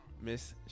Miss